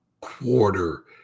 quarter